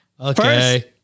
Okay